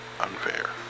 unfair